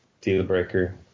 deal-breaker